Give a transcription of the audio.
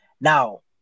Now